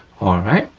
all right,